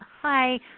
hi